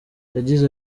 yagize